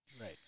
Right